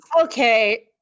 Okay